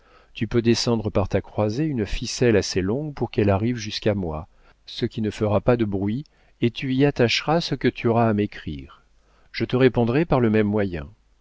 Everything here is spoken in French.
tu peux descendre par ta croisée une ficelle assez longue pour qu'elle arrive jusqu'à moi ce qui ne fera pas de bruit et tu y attacheras ce que tu auras à m'écrire je te répondrai par le même moyen